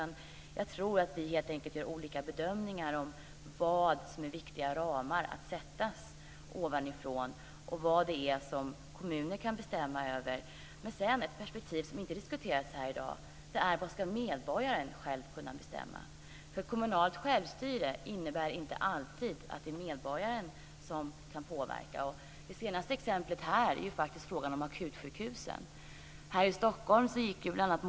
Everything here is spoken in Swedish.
Jag tror att vi helt enkelt gör olika bedömningar av vad som är viktiga ramar att sätta ovanifrån och vad det är som kommuner kan bestämma över. Men ett perspektiv som inte har diskuterats här i dag är vad medborgaren själv ska kunna bestämma. Kommunalt självstyre innebär nämligen inte alltid att det är medborgaren som kan påverka. Det senaste exemplet här är faktiskt frågan om akutsjukhusen. Här i Stockholm gick bl.a.